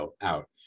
out